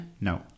No